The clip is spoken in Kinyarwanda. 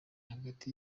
hagati